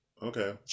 Okay